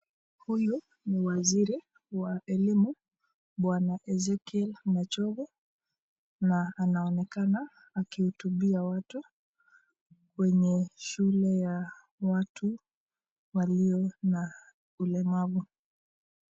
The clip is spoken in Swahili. Huyu ni waziri wa elimu Bwana Ezekiel Machogu na anaonekana akihutubia watu kwenye shule ya watu walio na ulemavu.